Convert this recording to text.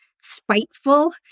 spiteful